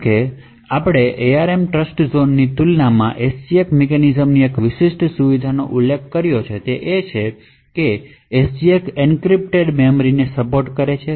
જેમ કે આપણે ARM ટ્રસ્ટઝોન ની તુલનામાં SGX મિકેનિઝમની એક સુવિધાનો ઉલ્લેખ કર્યો છે તે છે કે SGX એન્ક્રિપ્ટેડ મેમરીને સપોર્ટ કરે છે